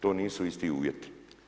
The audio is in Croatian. To nisu isti uvjeti.